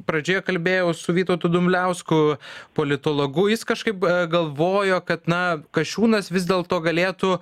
pradžioje kalbėjau su vytautu dumbliausku politologu jis kažkaip galvoja kad na kasčiūnas vis dėlto galėtų